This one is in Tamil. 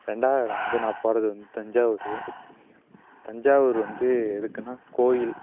ரெண்டாவது இடம் வந்து நான் போகிறது வந்து தஞ்சாவூர் தஞ்சாவூர் வந்து எதுக்குன்னா கோவில்